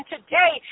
today